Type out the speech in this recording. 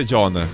John